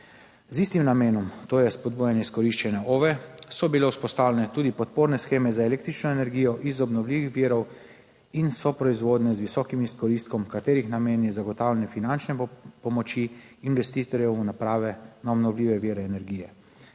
z istim namenom, to je spodbujanje izkoriščanja OVE, so bile vzpostavljene tudi podporne sheme za električno energijo iz obnovljivih virov in soproizvodnje z visokim izkoristkom, katerih namen je zagotavljanje finančne pomoči investitorjev v naprave na obnovljive vire energije.